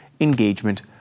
engagement